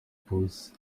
pose